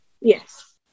yes